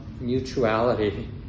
mutuality